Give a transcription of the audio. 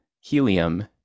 helium